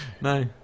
No